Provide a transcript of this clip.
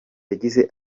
yagize